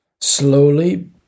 slowly